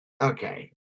Okay